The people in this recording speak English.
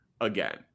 again